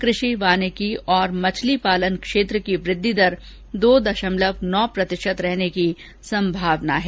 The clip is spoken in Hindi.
कृषि वानिकी और मत्स्यपालन क्षेत्र की वृद्धि दर दो दशमलव नौ प्रतिशत रहने की संभावना है